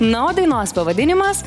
na o dainos pavadinimas